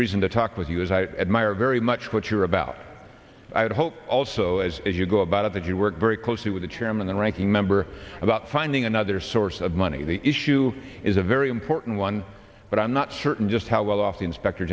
reason to talk with you is i admire very much what you are about i would hope also as you go about it that you work very closely with the chairman and ranking member about finding another source of money the issue is a very important one but i'm not certain just how well off the inspector